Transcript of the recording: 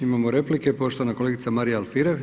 Imamo replike, poštovana kolegica Marija Alfirev.